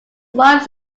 wife